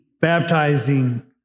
baptizing